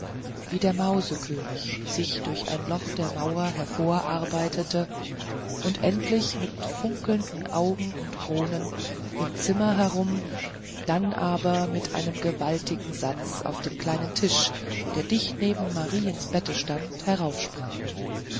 wie der mausekönig sich durch ein loch der mauer hervorarbeitete und endlich mit funkelnden augen und kronen im zimmer herum dann aber mit einem gewaltigen satz auf den kleinen tisch der dicht neben mariens bette stand